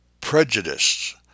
prejudices